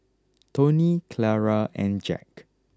Tony Clara and Jack